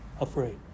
afraid